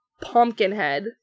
Pumpkinhead